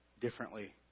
differently